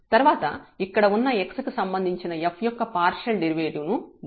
తర్వాత ఇక్కడ ఉన్న x కి సంబంధించిన f యొక్క పార్షియల్ డెరివేటివ్ ను y కి సంబంధించి పాక్షిక అవకలనం చేస్తాము